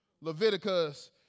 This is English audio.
Leviticus